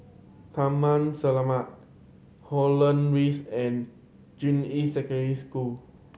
Taman Selamat Holland Rise and Juying Secondary School